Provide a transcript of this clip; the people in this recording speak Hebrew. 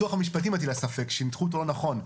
המשפטי היא מטילה ספק, שניתחו אותו לא נכון.